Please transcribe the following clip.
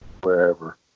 wherever